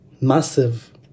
massive